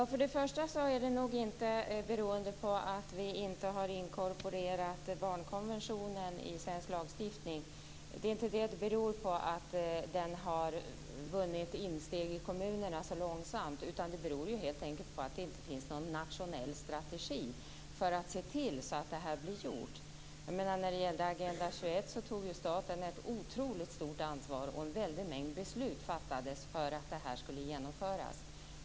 Herr talman! Först och främst beror det nog inte på att vi inte har inkorporerat barnkonventionen i svensk lagstiftning att den har vunnit insteg i kommunerna så långsamt. Det beror helt enkelt på att det inte finns någon nationell strategi för att se till att det här blir gjort. När det gällde Agenda 21 tog staten ett otroligt stort ansvar och en väldig mängd beslut fattades för att det här skulle genomföras.